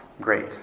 great